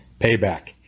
payback